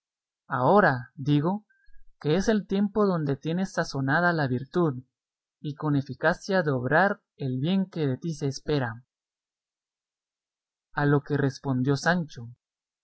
ahora digo que es el tiempo donde tienes sazonada la virtud y con eficacia de obrar el bien que de ti se espera a lo que respondió sancho